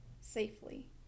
safely